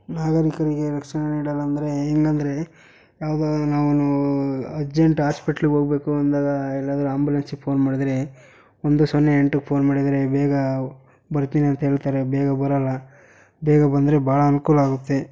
ನಾವು ಅಂದ್ಕೊಂಡಿದ್ದು ಎರಡು ಸಾವಿರ ಎರಡಲ್ಲಿ ಅಂದರೆ ಹೇಗೆಂದ್ರೆ ಯಾವುದಾದ್ರೂ ನಾವು ಅರ್ಜೆಂಟ್ ಹಾಸ್ಪಿಟ್ಲಿಗೆ ಹೋಗಬೇಕು ಅಂದಾಗ ಎಲ್ಲಾದರೂ ಆಂಬ್ಯುಲೆನ್ಸಿಗೆ ಫೋನ್ ಮಾಡಿದರೆ ಒಂದು ಸೊನ್ನೆ ಎಂಟಕ್ಕೆ ಫೋನ್ ಮಾಡಿದರೆ ಬೇಗ ಬರ್ತೀನಂತ ಹೇಳ್ತಾರೆ ಬೇಗ ಬರಲ್ಲ ಬೇಗ ಬಂದರೆ ಬಹಳ ಅನುಕೂಲ ಆಗುತ್ತೆ